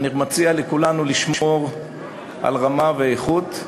אני מציע לכולנו לשמור על רמה ואיכות.